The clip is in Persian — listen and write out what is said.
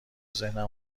ذهنم